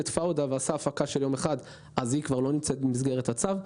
את "פאודה" ועשה הפקה של יום אחד וכבר לא נמצא במסגרת הצו.